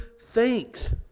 thanks